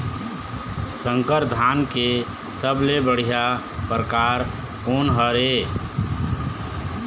संकर धान के सबले बढ़िया परकार कोन हर ये?